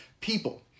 people